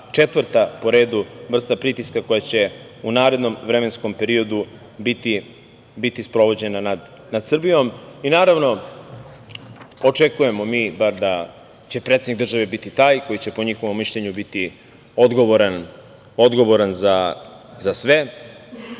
četvrta po redu vrsta pritiska koja će u narednom vremenskom periodu biti sprovođena nad Srbijom. Naravno, očekujemo mi bar da će predsednik države biti taj koji će po njihovom mišljenju biti odgovoran za sve.